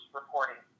reporting